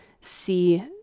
see